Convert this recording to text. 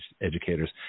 educators